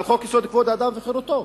על חוק-יסוד: כבוד האדם וחירותו.